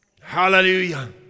Hallelujah